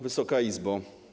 Wysoka Izbo!